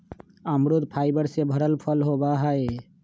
अमरुद फाइबर से भरल फल होबा हई